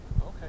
okay